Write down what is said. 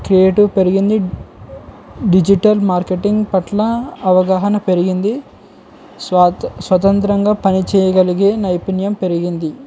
creative పెరిగింది digital marketing పట్ల అవగాహన పెరిగింది స్వా స్వతంత్రంగా పనిచేయగలిగే నైపుణ్యం పెరిగింది